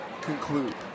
conclude